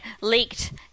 leaked